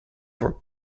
were